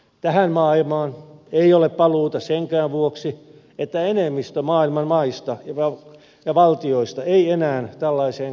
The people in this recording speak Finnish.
tähän maailmaan ei ole paluuta senkään vuoksi että enemmistö maailman maista ja valtioista ei enää tällaiseen kahtiajakoon tule alistumaan